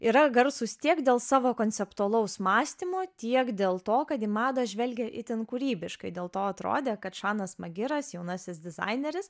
yra garsūs tiek dėl savo konceptualaus mąstymo tiek dėl to kad į madą žvelgia itin kūrybiškai dėl to atrodė kad žanas magistras jaunasis dizaineris